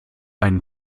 einen